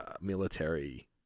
military